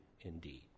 indeed